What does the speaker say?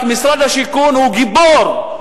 רק משרד השיכון הוא גיבור,